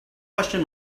question